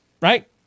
right